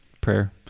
prayer